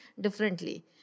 differently